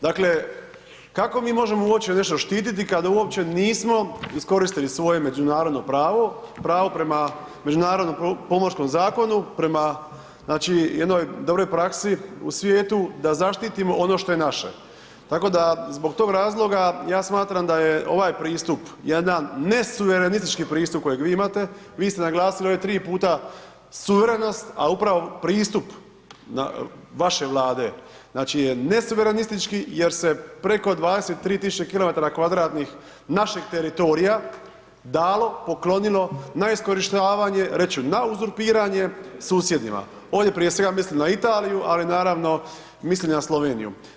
Dakle, kako mi možemo uopće nešto štititi kad uopće nismo iskoristili svoje međunarodno pravo, pravo prema međunarodnom pomorskom zakonu, prema znači jednoj dobroj praksi u svijetu, da zaštitimo ono što je naše, tako da zbog tog razloga ja smatram da je ovaj pristup jedan nesuverenistički pristup kojeg vi imate, vi ste naglasili ovdje tri puta suverenost, a upravo pristup vaše Vlade znači je nesuverenistički jer se preko 23000 km2 našeg teritorija dalo, poklonilo na iskorištavanje, reću na uzurpiranje susjedima, ovdje prije svega mislim na Italiju, ali naravno mislim i na Sloveniju.